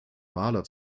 maler